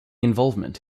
involvement